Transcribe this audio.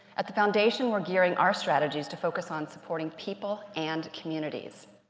at the foundation, we're gearing our strategies to focus on supporting people and communities.